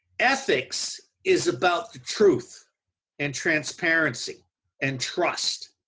ethics is about the truth and transperancy and trust.